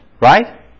right